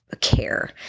care